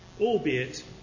albeit